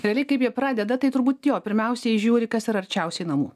realiai kaip jie pradeda tai turbūt jo pirmiausiai žiūri kas yra arčiausiai namų